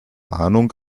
ahnung